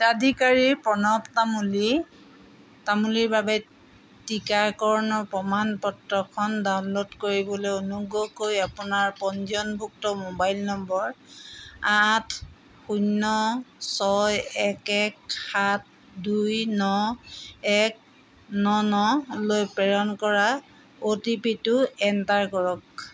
হিতাধিকাৰী প্ৰণৱ তামুলী তামুলীৰ বাবে টীকাকৰণৰ প্ৰমাণ পত্ৰখন ডাউনলোড কৰিবলৈ অনুগ্ৰহ কৰি আপোনাৰ পঞ্জীয়নভুক্ত মোবাইল নম্বৰ আঠ শূন্য ছয় এক এক সাত দুই ন এক ন নলৈ প্ৰেৰণ কৰা অ' টি পি টো এণ্টাৰ কৰক